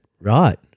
Right